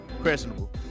questionable